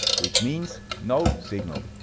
which means no signal.